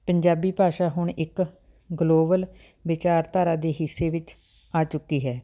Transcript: ਪੰਜਾਬੀ ਭਾਸ਼ਾ ਹੁਣ ਇੱਕ ਗਲੋਬਲ ਵਿਚਾਰਧਾਰਾ ਦੇ ਹਿੱਸੇ ਵਿੱਚ ਆ ਚੁੱਕੀ ਹੈ